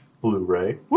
Blu-ray